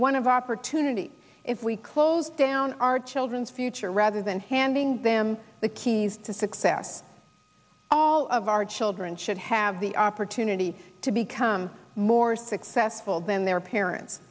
one of opportunity if we close down our children's future rather than handing them keys to success all of our children should have the opportunity to become more successful than their parents